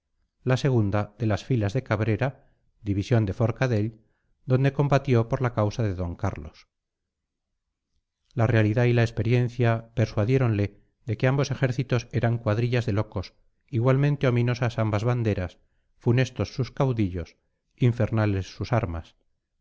la segunda de las filas de cabrera división de forcadell donde combatió por la causa de d carlos la realidad y la experiencia persuadiéronle de que ambos ejércitos eran cuadrillas de locos igualmente ominosas ambas banderas funestos sus caudillos infernales sus armas